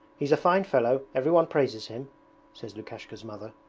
he's a fine fellow, everyone praises him says lukashka's mother.